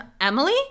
Emily